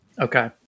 okay